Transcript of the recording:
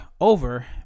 over